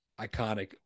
iconic